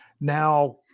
Now